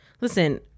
listen